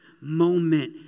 moment